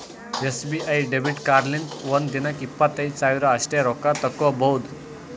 SBI debit ಕಾರ್ಡ್ಲಿಂತ ಒಂದ್ ದಿನಕ್ಕ ಇಪ್ಪತ್ತೈದು ಸಾವಿರ ಅಷ್ಟೇ ರೊಕ್ಕಾ ತಕ್ಕೊಭೌದು